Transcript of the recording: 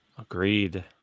Agreed